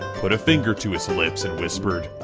put a finger to his lips and whispered,